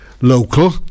local